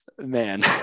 Man